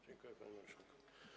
Dziękuję, panie marszałku.